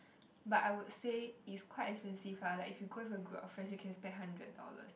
but I would say is quite expensive ah like if you go with a group of friends you can spend hundred dollars